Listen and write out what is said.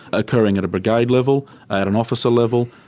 occurring at a brigade level, at an officer level,